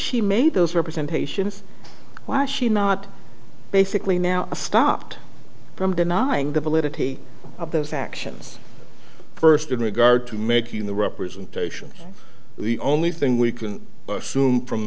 she made those representation why she not basically now stopped from denying the validity of those actions first in regard to making the representation the only thing we can assume from